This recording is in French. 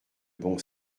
bon